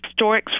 Historics